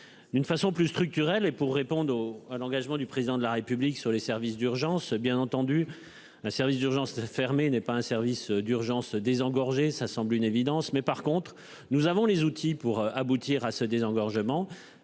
D'une façon plus structurelle et pour répondent au à l'engagement du président de la République sur les services d'urgence. Bien entendu, un service d'urgence de fermer, n'est pas un service d'urgence désengorger ça semble une évidence, mais par contre nous avons les outils pour aboutir à ce désengorgement